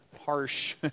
harsh